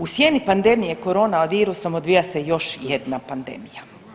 U sjeni pandemije korona virusom odvija se još jedna pandemija.